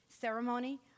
ceremony